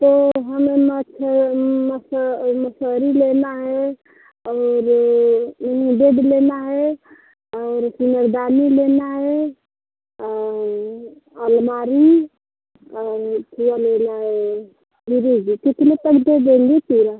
तो हमें मसहरी लेना है और हमें दूध लेना है और हमें दानी लेना है अलमारी और क्या लेना है फ्रिज कितने तक दे देंगे पूरा